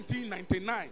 1999